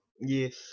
Yes